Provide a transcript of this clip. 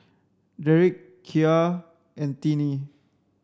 Derrick Kya and Tinie